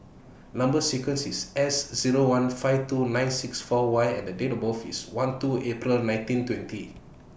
Number sequence IS S Zero one five two nine six four Y and Date of birth IS one two April nineteen twenty